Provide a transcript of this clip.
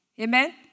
Amen